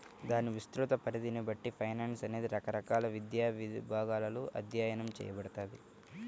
దాని విస్తృత పరిధిని బట్టి ఫైనాన్స్ అనేది రకరకాల విద్యా విభాగాలలో అధ్యయనం చేయబడతది